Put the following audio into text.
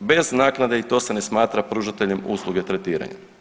bez naknade i to se ne smatra pružateljem usluge tretiranja.